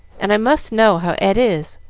and i must know how ed is.